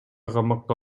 камакка